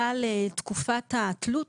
אבל תקופת התלות